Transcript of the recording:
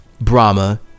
Brahma